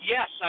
Yes